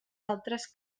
altres